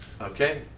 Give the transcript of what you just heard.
Okay